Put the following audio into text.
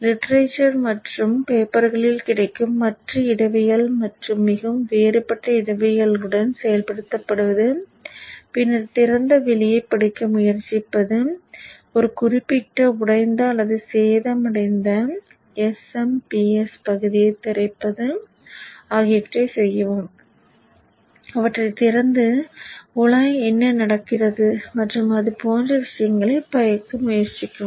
literature மற்றும் பேப்பர்களில் கிடைக்கும் மற்ற இடவியல் மற்றும் மிகவும் வேறுபட்ட இடவியல்களுடன் செயல்படுத்துவது பின்னர் திறந்த வெளியைப் படிக்க முயற்சிப்பது ஒரு குறிப்பிட்ட உடைந்த அல்லது சேதமடைந்த SMPS பகுதியைத் திறப்பது ஆகியவற்றை செய்யவும் அவற்றைத் திறந்து உள்ளே என்ன நடக்கிறது மற்றும் அது போன்ற விஷயங்களைப் படிக்க முயற்சிக்கவும்